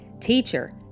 Teacher